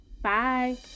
Bye